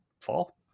fall